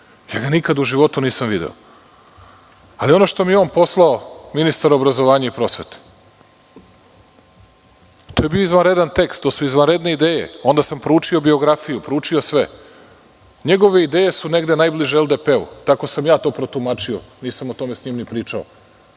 Ja ga nikada u životu nisam video. Ali ono što mi je on poslao, ministar obrazovanja i prosvete, to je bio izvanredan tekst, to su izvanredne ideje. Onda sam proučio biografiju, proučio sve. Njegove ideje su negde najbliže LDP, tako sam ja to protumačio, nisam o tome sa njim ni pričao,